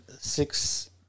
six